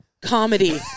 comedy